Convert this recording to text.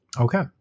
Okay